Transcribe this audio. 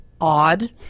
odd